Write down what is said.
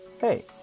hey